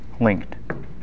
linked